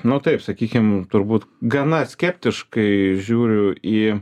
nu taip sakykim turbūt gana skeptiškai žiūriu į